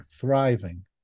thriving